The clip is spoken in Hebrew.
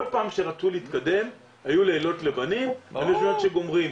כל פעם שרצו להתקדם, היו לילות לבנים, עד שגומרים.